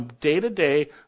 day-to-day